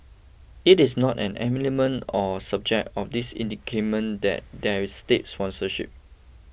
it is not an element or subject of this indictment that there is state sponsorship